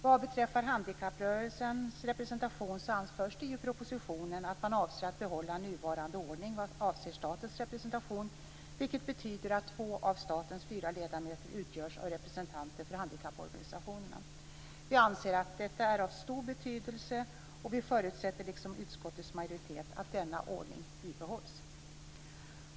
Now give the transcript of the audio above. När det gäller handikapprörelsens representation anförs det i propositionen att man avser att behålla nuvarande ordning vad avser statens representation, vilket betyder att två av statens fyra ledamöter utgörs av representanter för handikapporganisationerna. Vi anser att detta är av stor betydelse. Vi förutsätter, liksom utskottets majoritet, att denna ordning bibehålls.